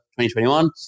2021